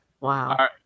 wow